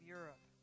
Europe